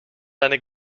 deine